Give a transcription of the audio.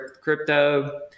crypto